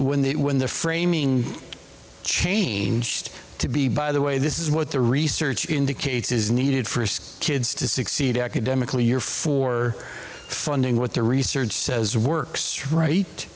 when the framing changed to be by the way this is what the research indicates is needed for kids to succeed academically year for funding what the research says works right